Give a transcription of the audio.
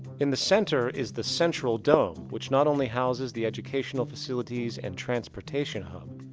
in the center is the central dome, which not only houses. the educational facilities and transportation hub,